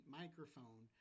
microphone